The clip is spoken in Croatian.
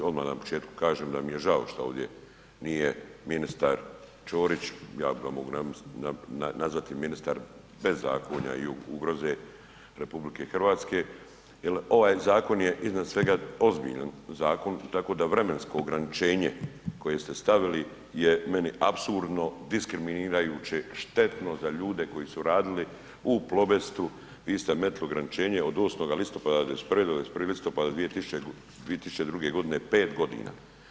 Odmah na početku kažem da mi je žao što ovdje nije ministar Čorić, ja ga mogu nazvati ministar bezakonja i ugroze RH jer ovaj zakon je iznad svega, ozbiljan zakon, tako da vremensko ograničenje koje ste stavili je meni apsurdno diskriminirajuće, štetno za ljude koji su radili u Plobestu, vi ste metnuli ograničenje od 8. listopada 91. do 21. listopada 2002. g., 5 godina.